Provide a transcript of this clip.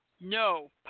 no